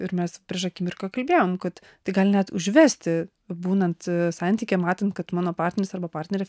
ir mes prieš akimirką kalbėjom kad tai gali net užvesti būnant santykyje matant kad mano partneris arba partnerė